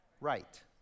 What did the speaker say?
right